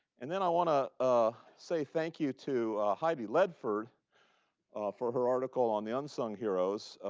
and then i want to ah say thank you to heidi ledford for her article on the unsung heroes.